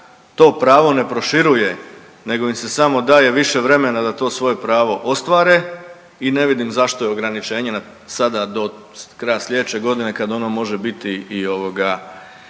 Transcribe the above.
to pravo ne proširuje nego im se samo daje više vremena da to svoje pravo ostvare i ne vidim zašto je ograničenje sada do kraja slijedeće godine kad ono može biti i ovoga